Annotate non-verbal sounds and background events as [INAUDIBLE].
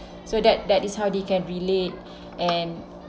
so that that is how they can relate [BREATH] and